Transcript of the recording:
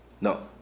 No